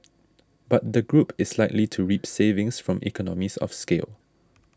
but the group is likely to reap savings from economies of scale